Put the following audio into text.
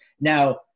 Now